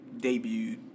debuted